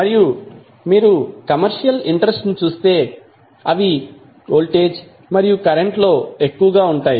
మరియు మీరు commercial interest ని చుస్తే అవి వోల్టేజ్ మరియు కరెంట్లో ఎక్కువ గా ఉంటాయి